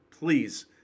please